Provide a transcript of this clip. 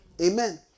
Amen